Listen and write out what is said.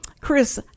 Chris